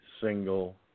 single